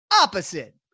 Opposite